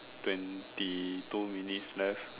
twenty two minutes left